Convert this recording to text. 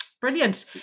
brilliant